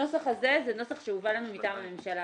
הנוסח הזה זה נוסח שהובא לנו מטעם הממשלה.